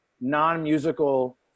non-musical